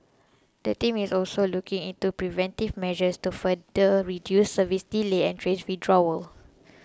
the team is also looking into preventive measures to further reduce service delays and train withdrawals